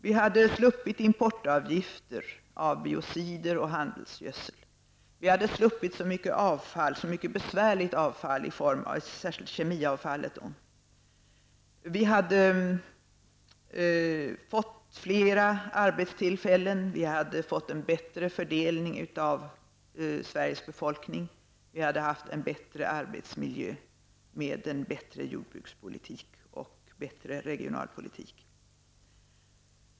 Vi hade sluppit importavgifter för biocider och handelsgödsel. Vi hade sluppit så mycket besvärligt avfall, särskilt kemiavfallet. Vi hade fått flera arbetstillfällen, en bättre fördelning av Sveriges befolkning. Vi hade haft en bättre arbetsmiljö med en bättre jordbrukspolitik och en bättre regionalpolitik.